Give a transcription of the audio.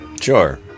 sure